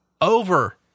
over